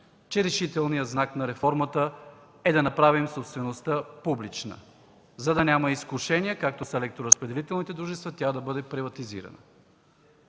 че решителният знак на реформата е да направим собствеността публична, за да няма изкушения, както с електроразпределителните дружества, тя да бъде приватизирана.